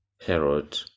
herod